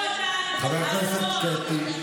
להם רובים, השמאל.